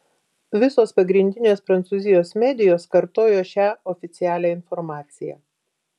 visos pagrindinės prancūzijos medijos kartojo šią oficialią informaciją